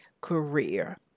career